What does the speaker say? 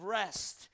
rest